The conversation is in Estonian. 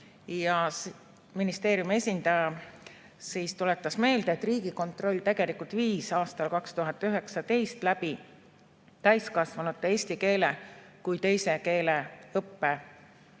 Ministeeriumi esindaja tuletas meelde, et Riigikontroll tegelikult viis aastal 2019 läbi täiskasvanute eesti keele kui teise keele õppe auditi